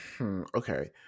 Okay